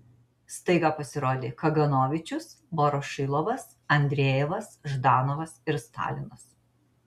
staiga pasirodė kaganovičius vorošilovas andrejevas ždanovas ir stalinas